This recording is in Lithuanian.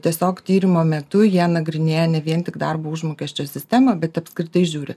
tiesiog tyrimo metu jie nagrinėja ne vien tik darbo užmokesčio sistemą bet apskritai žiūri